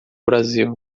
brasil